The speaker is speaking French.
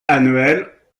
annuelle